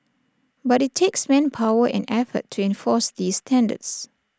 but IT takes manpower and effort to enforce these standards